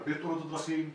יש הרבה תאונות דרכים,